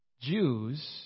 Jews